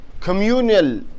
communal